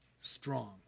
strong